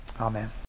Amen